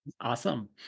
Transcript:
Awesome